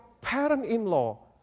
parent-in-law